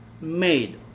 made